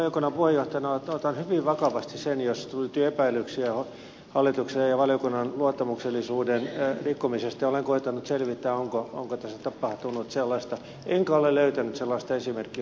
valiokunnan puheenjohtajana otan hyvin vakavasti sen jos syntyy epäilyksiä hallituksen ja valiokunnan luottamuksellisuuden rikkomisesta ja olen koettanut selvittää onko tässä tapahtunut sellaista enkä ole löytänyt sellaista esimerkkiä